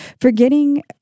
forgetting